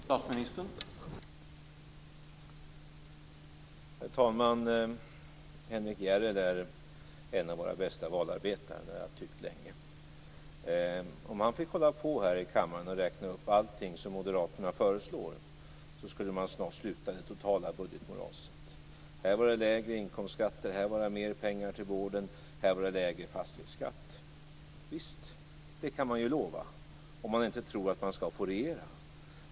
Herr talman! Henrik Järrel är en av våra bästa valarbetare, och det har jag tyckt länge. Om han fick hålla på här i kammaren och räkna upp allting som Moderaterna föreslår skulle man snart sluta i det totala budgetmoraset. Här var det lägre inkomstskatt, mer pengar till vården och lägre fastighetsskatt. Visst kan man lova det, om man inte tror att man skall få regera.